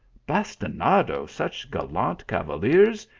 bastinado such gallant cavaliers,